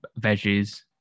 veggies